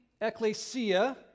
ecclesia